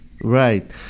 Right